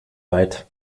weit